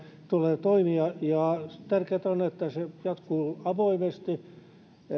tulee toimia ja tärkeätä on että se jatkuu avoimesti